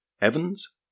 Evans